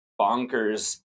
bonkers